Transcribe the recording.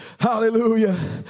Hallelujah